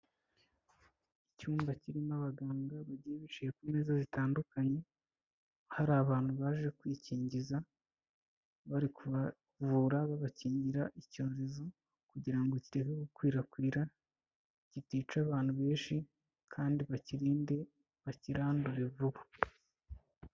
Icyumba kirimo abaganga bagiye bicaye ku meza zitandukanye, hari abantu baje kwikingiza, bari kubavura babakingira icyorezo kugira ngo kireke gukwirakwira, kitica abantu benshi, kandi bakiririnde, bakirandure vuba.